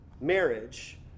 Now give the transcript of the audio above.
marriage